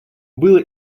было